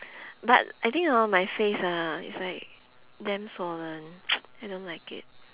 but I think hor my face ah it's like damn swollen I don't like it